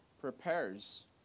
prepares